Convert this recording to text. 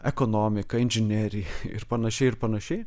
ekonomiką inžineriją ir panašiai ir panašiai